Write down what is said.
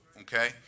okay